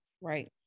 Right